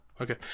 okay